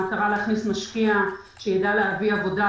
המטרה להכניס משקיע שיידע להביא עבודה,